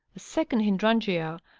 a second hydrangea,